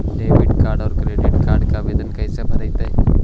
Credit और debit card के आवेदन कैसे भरैतैय?